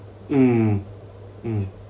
mm mm